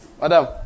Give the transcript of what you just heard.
Madam